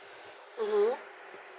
mmhmm